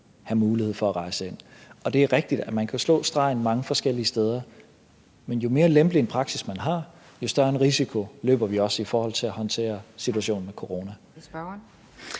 have mulighed for at rejse ind. Det er rigtigt, at man kan slå stregen mange forskellige steder, men jo mere lempelig en praksis, vi har, jo større en risiko løber vi også i forhold til at håndtere situationen med corona.